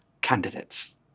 candidates